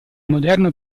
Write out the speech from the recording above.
moderno